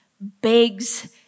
begs